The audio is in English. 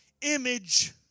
image